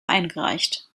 eingereicht